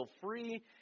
free